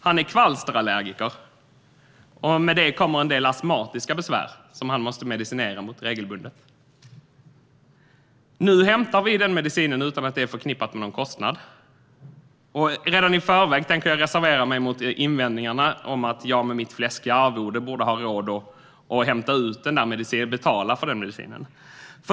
Han är kvalsterallergiker, och med det kommer en del astmatiska besvär som han måste medicinera mot regelbundet. Medicinen hämtar vi utan att det är förknippat med någon kostnad. Jag tänker redan i förväg reservera mig mot invändningarna om att jag med mitt fläskiga arvode borde ha råd att hämta ut och betala för medicinen.